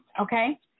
okay